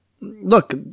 look